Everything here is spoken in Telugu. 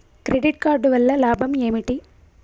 క్రెడిట్ కార్డు వల్ల లాభం ఏంటి?